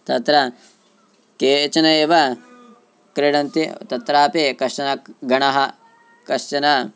तत्र केचन एव क्रीडन्ति तत्रापि कश्चन गणः कश्चन